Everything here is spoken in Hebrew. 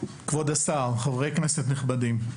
כבוד השר וחברי כנסת נכבדים.